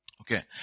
Okay